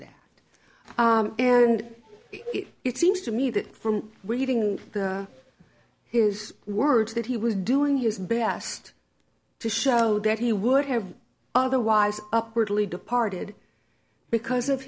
that and it seems to me that from reading is words that he was doing his best to show that he would have otherwise upwardly departed because of